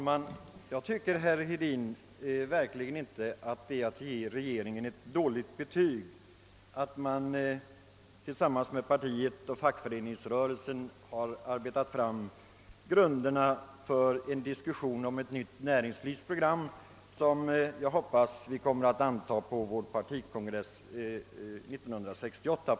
Herr talman! Jag tycker verkligen inte, herr Hedin, att det är att ge regeringen ett dåligt betyg när partiet och fackföreningsrörelsen tillsammans arbetat fram grunderna för en diskussion om ett nytt näringslivsprogram. Jag hoppas att detta program kommer att antagas på vår partikongress våren 1968.